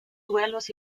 duelos